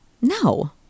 No